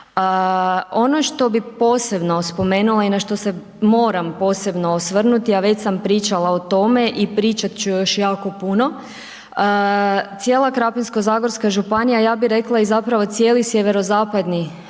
Ono što bi posebno spomenula i na što se moram posebno osvrnuti a već sam pričala o tome i pričat ću još jako puno, cijela Krapinsko-zagorska županija, ja bi rekla i zapravo cijeli sjeverozapadni